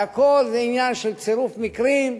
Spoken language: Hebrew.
והכול זה עניין של צירוף מקרים,